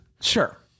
Sure